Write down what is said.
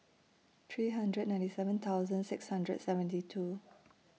three hundred ninety seven thousand six hundred seventy two